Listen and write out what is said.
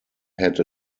had